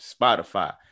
Spotify